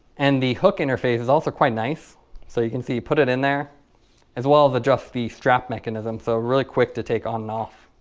and the hook interface is also quite nice so you can see put it in there as well as adjust the strap mechanism so really quick to take on and off.